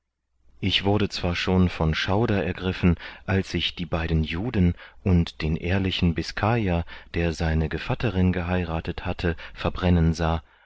ich wurde zwar schon von schauder ergriffen als ich die beiden juden und den ehrlichen biskayer der seine gevatterin geheirathet hatte verbrennen sah